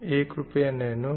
एक रुपया नैनो है